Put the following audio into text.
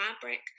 fabric